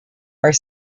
are